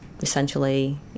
essentially